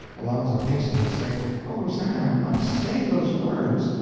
alonzo hastened to say oh, rosannah, unsay those words!